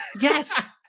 Yes